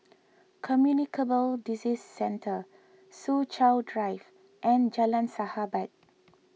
Communicable Disease Centre Soo Chow Drive and Jalan Sahabat